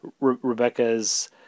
Rebecca's